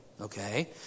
okay